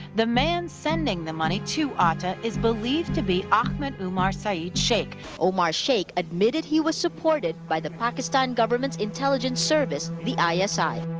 the man sending the money to ah to is believed to be ahmed omar saeed sheikh. omar sheikh admitted he was supported by the pakistani government's intelligence service the ah isi.